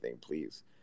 Please